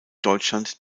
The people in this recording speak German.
deutschland